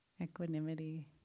Equanimity